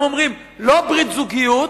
הם אומרים: לא ברית זוגיות,